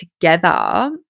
together